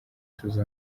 tuzi